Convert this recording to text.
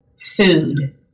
Food